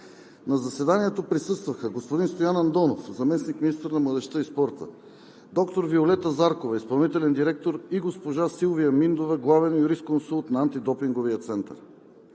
На заседанието присъстваха: господин Стоян Андонов – заместник-министър на младежта и спорта; доктор Виолета Заркова – изпълнителен директор, и госпожа Силвия Миндова – главен юрисконсулт на Антидопинговия център.